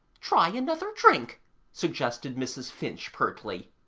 try another drink suggested mrs. finch pertly.